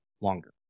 longer